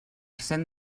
cent